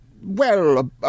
Well